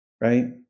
right